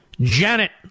Janet